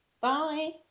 Bye